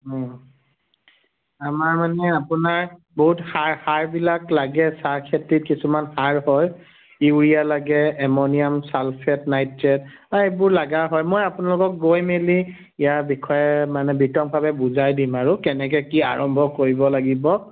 আমাৰ মানে আপোনাৰ বহুত সাৰ সাৰবিলাক লাগে চাহখেতিত কিছুমান সাৰ হয় ইউৰিয়া লাগে এম'নিয়াম ছালফেট নাইট্ৰেট এইবোৰ লগা হয় মই আপোনালোকক গৈ মেলি ইয়াৰ বিষয়ে মানে বিতংভাৱে বুজাই দিম আৰু কেনেকৈ কি আৰম্ভ কৰিব লাগিব